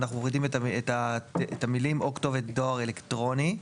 אנחנו מורידים את המילים "או כתובת דואר אלקטרוני".